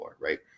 right